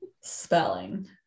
spelling